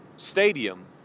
Stadium